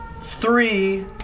three